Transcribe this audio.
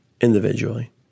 individually